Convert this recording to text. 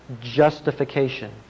justification